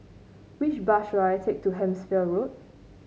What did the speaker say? which bus should I take to Hampshire Road